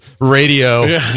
radio